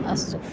अस्तु